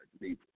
people